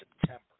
September